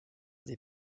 des